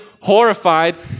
horrified